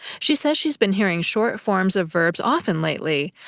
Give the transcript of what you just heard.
she says she's been hearing short forms of verbs often lately,